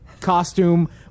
costume